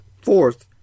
Fourth